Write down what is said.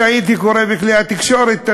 כשהייתי קורא בכלי התקשורת,